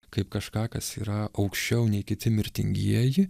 kaip kažką kas yra aukščiau nei kiti mirtingieji